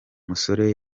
musore